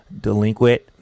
delinquent